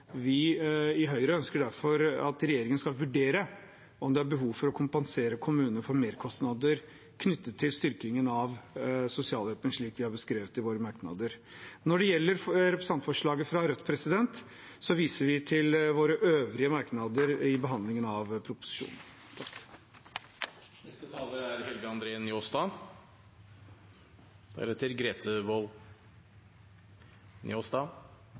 vi i Høyre ønsker derfor at regjeringen skal vurdere om det er behov for å kompensere kommunene for merkostnader knyttet til styrkingen av sosialhjelpen, slik vi har beskrevet i våre merknader. Når det gjelder representantforslaget fra Rødt, viser vi til våre øvrige merknader i behandlingen av proposisjonen. Det er